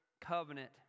covenant